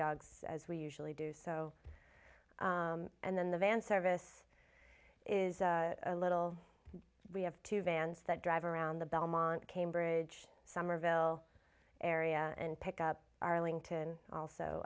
dogs as we usually do so and then the van service is a little we have two vans that drive around the belmont cambridge somerville area and pick up arlington